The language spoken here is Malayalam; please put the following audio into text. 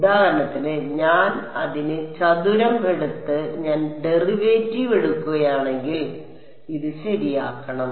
അതിനാൽ ഉദാഹരണത്തിന് ഞാൻ അതിനെ ചതുരം എടുത്ത് ഞാൻ ഡെറിവേറ്റീവ് എടുക്കുകയാണെങ്കിൽ ഇത് ശരിയാക്കണം